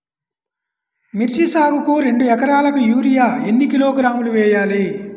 మిర్చి సాగుకు రెండు ఏకరాలకు యూరియా ఏన్ని కిలోగ్రాములు వేయాలి?